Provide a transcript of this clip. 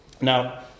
Now